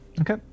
Okay